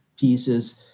pieces